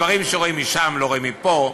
דברים שרואים משם לא רואים מפה,